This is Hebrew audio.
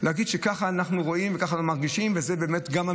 הסטטוס היסודי